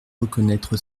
reconnaître